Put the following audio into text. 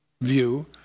view